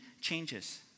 changes